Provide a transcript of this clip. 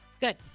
Good